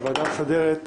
הוועדה המסדרת,